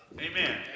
Amen